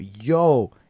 Yo